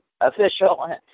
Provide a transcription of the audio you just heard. official